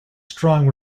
strong